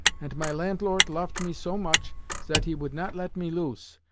ant my lantlort loaft me so much zat he would not let me loose.